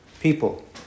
people